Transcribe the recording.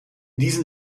diesen